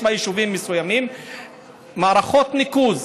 יש ביישובים מסוימים מערכות ניקוז.